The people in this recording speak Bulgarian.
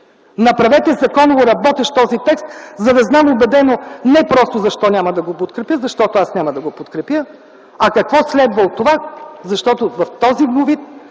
Направете законово работещ този текст, за да знам убедено не просто защо няма да го подкрепя, защото аз няма да го подкрепя, а какво следва от това, защото в този му вид,